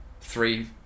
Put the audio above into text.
three